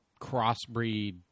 crossbreed